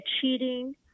cheating